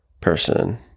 person